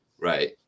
right